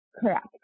Correct